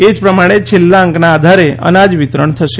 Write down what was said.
એ જ પ્રમાણે છેલ્લા અંકના આધારે અનાજ વિતરણ થશે